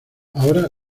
ahora